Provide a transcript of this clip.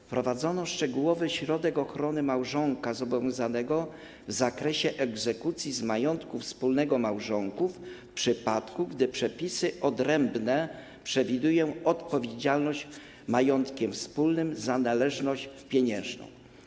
Wprowadzono szczegółowy środek ochrony małżonka zobowiązanego w zakresie egzekucji z majątku wspólnego małżonków, w przypadku gdy przepisy odrębne przewidują odpowiedzialność majątkiem wspólnym za należność pieniężną.